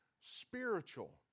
spiritual